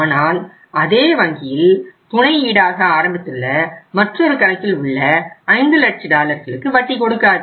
ஆனால் அதே வங்கியில் துணை ஈடாக ஆரம்பித்துள்ள மற்றொரு கணக்கில் உள்ள 5 லட்ச டாலர்களுக்கு வட்டி கொடுக்காது